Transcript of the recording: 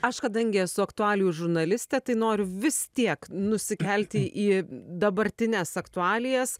aš kadangi esu aktualijų žurnalistė tai noriu vis tiek nusikelti į dabartines aktualijas